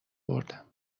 بردم